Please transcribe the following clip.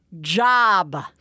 job